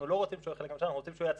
אנחנו לא רוצים שהוא יהיה חלק מהממשלה,